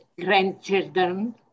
grandchildren